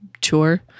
tour